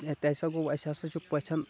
ییٚتہِ ہَسا گوٚو اَسہِ ہَسا چھُ پَژھٮ۪ن